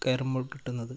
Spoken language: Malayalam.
കയറുമ്പോള് കിട്ടുന്നത്